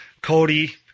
Cody